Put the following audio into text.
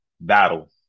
battle